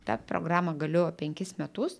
ta programa galiojo penkis metus